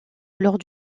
lors